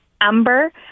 amber